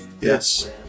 yes